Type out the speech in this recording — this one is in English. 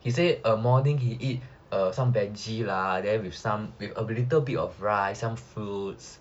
he say uh morning he eat err some veggie lah then with a little bit of rice some fruits